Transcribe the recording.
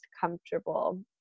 comfortable